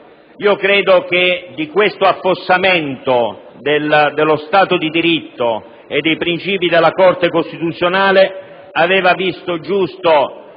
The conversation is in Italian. Credo che su questo affossamento dello Stato di diritto e dei principi della Corte costituzionale aveva visto giusto